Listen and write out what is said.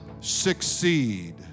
succeed